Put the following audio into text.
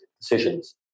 decisions